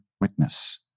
witness